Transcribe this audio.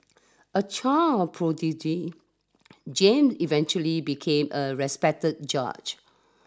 a child prodigy James eventually became a respected judge